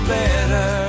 better